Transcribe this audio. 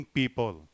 people